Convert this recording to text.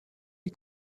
est